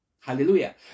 Hallelujah